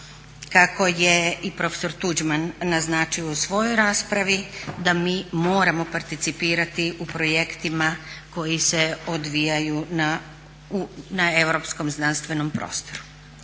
kako je i profesor Tuđman naznačio u svojoj raspravi da mi moramo participirati u projektima koji se odvijaju na europskom znanstvenom prostoru.